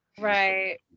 Right